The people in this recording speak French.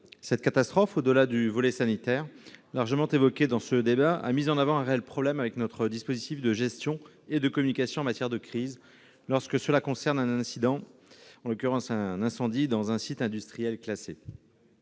Cette catastrophe, hormis le volet sanitaire, largement évoqué dans ce débat, a mis en avant un réel problème touchant notre dispositif de gestion et de communication en matière de crise lorsque survient un incident, en l'occurrence un incendie, dans un site industriel classé.